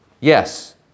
Yes